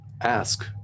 ask